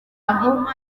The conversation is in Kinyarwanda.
aho